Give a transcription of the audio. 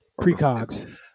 precogs